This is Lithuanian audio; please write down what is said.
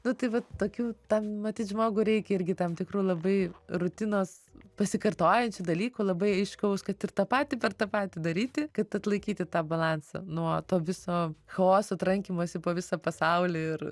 nu tai vat tokių tą matyt žmogų reikia irgi tam tikrų labai rutinos pasikartojančių dalykų labai aiškaus kad ir tą patį per tą patį daryti kad atlaikyti tą balansą nuo to viso chaoso trankymosi po visą pasaulį ir